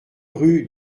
rue